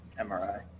MRI